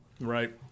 Right